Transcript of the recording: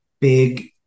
big